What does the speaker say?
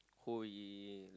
who he